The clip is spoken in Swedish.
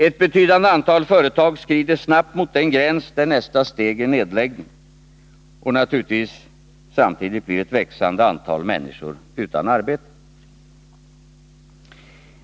Ett betydande antal företag skrider snabbt mot den gräns, där nästa steg är nedläggning. Och naturligtvis blir samtidigt ett växande antal människor utan arbete.